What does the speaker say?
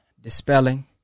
dispelling